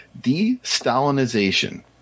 de-Stalinization